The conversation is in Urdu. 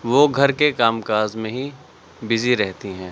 وہ گھر کے کام کاج میں ہی بزی رہتی ہیں